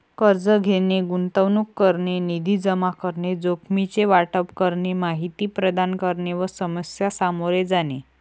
कर्ज घेणे, गुंतवणूक करणे, निधी जमा करणे, जोखमीचे वाटप करणे, माहिती प्रदान करणे व समस्या सामोरे जाणे